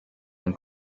ein